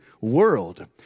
world